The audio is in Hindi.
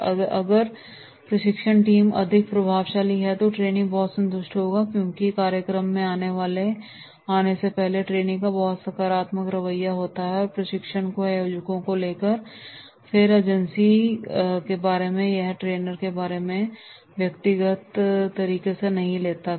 और अगर प्रशिक्षण टीम अधिक प्रभावशाली है तो ट्रेनी बहुत संतुष्ट होंगे क्योंकि कार्यक्रम में आने से पहले ट्रेनी का बहुत ही सकारात्मक रवैया होता है प्रशिक्षण के आयोजकों को लेकर या फिर एजेंसी के बारे में या उस ट्रेनर के बारे में जो इसको व्यक्तिगत नहीं लेता